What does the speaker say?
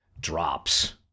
drops